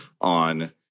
on